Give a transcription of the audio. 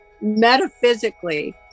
metaphysically